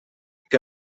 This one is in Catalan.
que